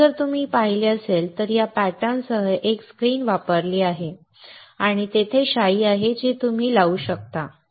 तर जर तुम्ही पाहिले असेल तर या पॅटर्नसह एक स्क्रीन वापरली आहे आणि तेथे शाई आहे जी तुम्ही लावू शकता